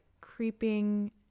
creeping